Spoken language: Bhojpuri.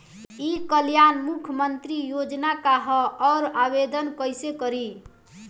ई कल्याण मुख्यमंत्री योजना का है और आवेदन कईसे करी?